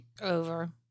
Over